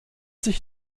sich